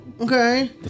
Okay